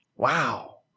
Wow